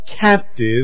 captive